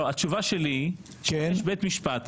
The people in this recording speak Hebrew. התשובה שלי היא שיש בית משפט.